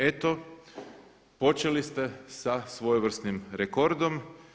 Eto počeli ste sa svojevrsnim rekordom.